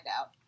out